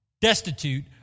destitute